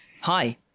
Hi